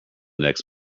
next